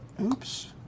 Oops